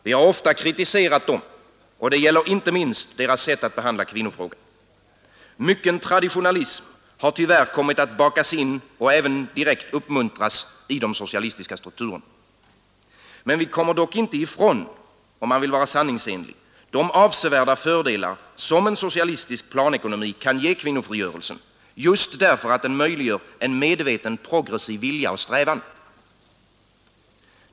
Vi har ofta kritiserat dem, och det gäller inte minst deras sätt att behandla kvinnofrågan. Mycken traditionalism har tyvärr kommit att bakas in och även direkt uppmuntras i den socialistiska strukturen. Men vi kommer inte ifrån, om man vill vara sanningsenlig, de avsevärda fördelar som en socialistisk planekonomi kan ge kvinnofrigörelsen — just därför att den ekonomin möjliggör en medveten progressiv vilja och strävan.